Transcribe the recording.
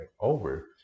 over